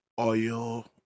oil